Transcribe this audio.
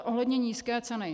Ohledně nízké ceny.